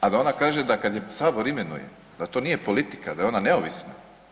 A da ona kaže da kad je Sabor imenuje da to nije politika, da je ona neovisna.